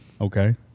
Okay